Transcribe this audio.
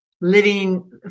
living